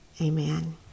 amen